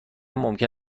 ممکن